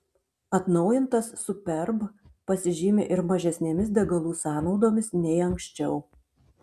atnaujintas superb pasižymi ir mažesnėmis degalų sąnaudomis nei anksčiau